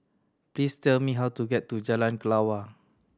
please tell me how to get to Jalan Kelawar